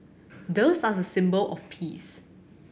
doves are the symbol of peace